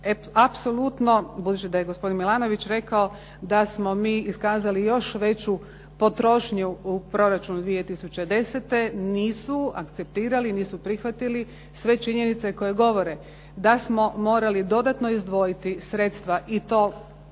apsolutno budući da je gospodin Milanović rekao da smo mi iskazali još veću potrošnju u proračunu 2010. nisu akceptirali, nisu prihvatili sve činjenice koje govore da smo morali dodatno izdvojiti sredstva i to u